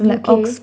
okay